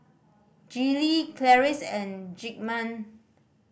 Gillie Clarice and Zigmund